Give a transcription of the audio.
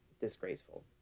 disgraceful